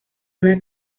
una